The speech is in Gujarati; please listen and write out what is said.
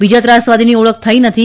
બીજા ત્રાસવાદીની ઓળખ થઇ નથી